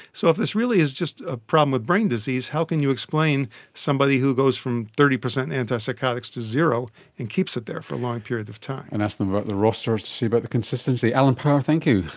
so if this really is just a problem with brain disease, how can you explain somebody who goes from thirty percent antipsychotics to zero and keeps it there for a long period of time. and ask them about the rosters to see about the consistency. allen power, thank you.